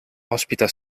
ospita